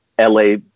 LA